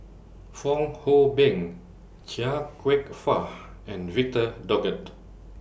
Fong Hoe Beng Chia Kwek Fah and Victor Doggett